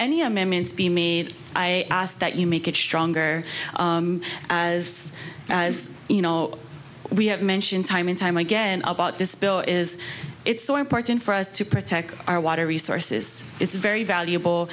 any amendments be made i ask that you make it stronger as you know we have mentioned time and time again about this bill is it's so important for us to protect our water resources it's very valuable